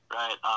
right